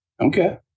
okay